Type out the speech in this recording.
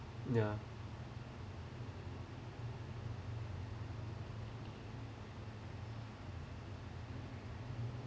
ya